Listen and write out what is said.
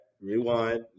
rewind